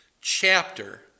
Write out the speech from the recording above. chapter